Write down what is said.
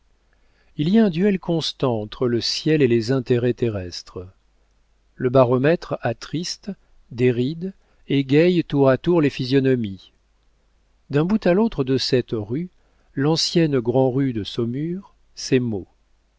il y a un duel constant entre le ciel et les intérêts terrestres le baromètre attriste déride égaie tour à tour les physionomies d'un bout à l'autre de cette rue l'ancienne grand'rue de saumur ces mots